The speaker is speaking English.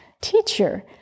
teacher